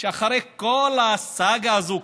שאחרי כל הסאגה הזאת,